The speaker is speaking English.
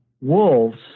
wolves